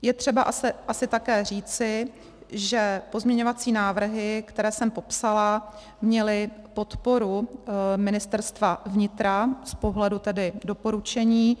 Je třeba asi také říci, že pozměňovací návrhy, které jsem popsala, měly podporu Ministerstva vnitra z pohledu doporučení.